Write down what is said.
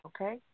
okay